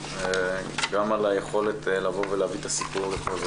גם על היכולת לבוא ולהביא את הסיפור לפה.